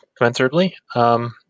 commensurably